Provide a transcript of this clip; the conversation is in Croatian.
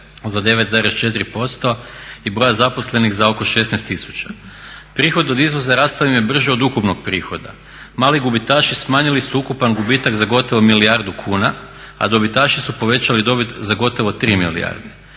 za 9,4% i broja zaposlenih za oko 16 tisuća. Prihod od izvoza rastao im je brže od ukupnog prihoda. Mali gubitaši smanjili su ukupan gubitak za gotovo milijardu kuna a dobitaši su povećali dobit za gotovo 3 milijarde.